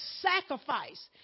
sacrifice